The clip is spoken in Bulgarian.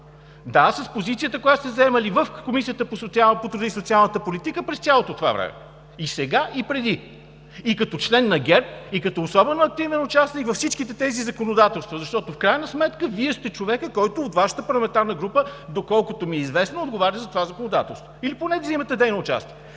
да, с позицията, която сте заемали в Комисията по труда и социалната политика през цялото това време. И сега, и преди, и като член на ГЕРБ, и като особено активен участник във всичките тези законодателства, защото в крайна сметка Вие сте човекът, който от Вашата парламентарна група, доколкото ми е известно, отговаря за това законодателство или поне вземате дейно участие.